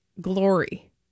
Glory